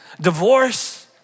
Divorce